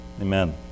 Amen